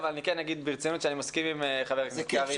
אבל אני כן אגיד ברצינות שאני מסכים עם ח"כ קרעי.